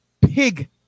pig